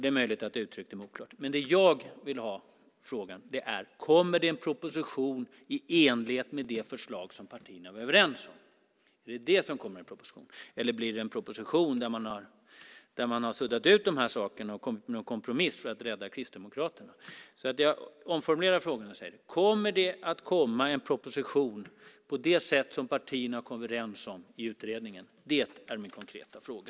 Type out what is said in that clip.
Det är möjligt att jag uttryckte mig oklart. Men det jag undrar är om det kommer en proposition i enlighet med det förslag som partierna var överens om. Eller blir det en proposition där dessa saker suddats ut och det blir en kompromiss för att rädda Kristdemokraterna? Jag omformulerar frågan: Kommer det att komma en proposition i enlighet med det som partierna har kommit överens om i utredningen? Det är min konkreta fråga.